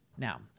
Now